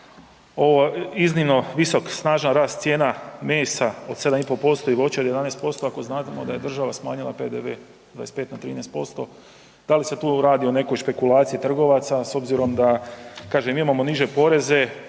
ovaj iznimno visok, snažan rast cijena mesa od 7,5% i voća od 11%, ako znate, možda je država smanjila PDV 25 na 13%, da li se tu radi o nekoj špekulaciji trgovaca s obzirom da kažem, imamo niže poreze,